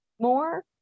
more